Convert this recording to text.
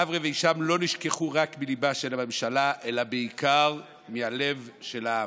אברה והישאם לא נשכחו רק מליבה של הממשלה אלא בעיקר מהלב של העם,